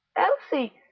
elsie.